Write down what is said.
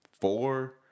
four